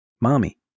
Mommy